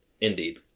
Indeed